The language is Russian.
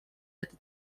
это